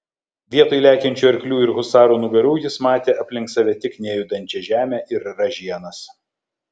vietoj lekiančių arklių ir husarų nugarų jis matė aplink save tik nejudančią žemę ir ražienas